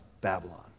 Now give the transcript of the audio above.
Babylon